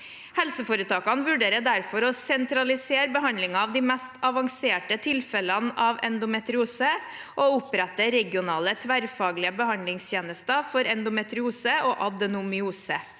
Helseforetakene vurderer derfor å sentralisere behandlingen av de mest avanserte tilfellene av endometriose og opprette regionale, tverrfaglige behandlingstjenester for endometriose og adenomyose.